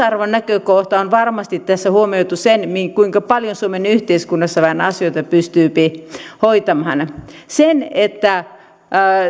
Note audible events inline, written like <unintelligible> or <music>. <unintelligible> arvon näkökohta on varmasti tässä huomioitu se kuinka paljon suomen yhteiskunnassa asioita pystyy hoitamaan siinä että